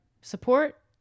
support